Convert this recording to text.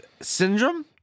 syndrome